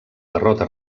derrota